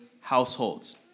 households